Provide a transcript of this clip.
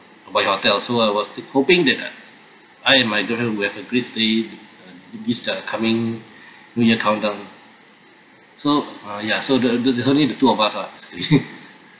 by your hotel so I was th~ hoping that uh I and my girlfriend will have a great stay uh in this uh coming new year countdown so uh ya so the the there's only the two of us lah